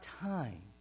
time